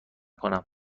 کنم